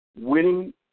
winning